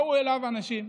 באו אליו אנשים.